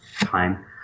time